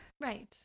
right